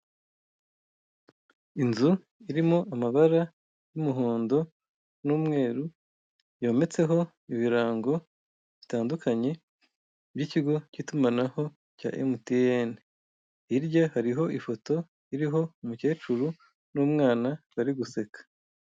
Inzu irimo amabara y'umuhondo n'umweru yometseho ibirango bitandukanye by'ikigo k'itumanaho cya MTN, hirya hariho ifoto iriho y'umukecuru n'umwana bari guseka.